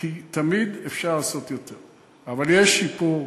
כי תמיד אפשר לעשות יותר, אבל יש שיפור.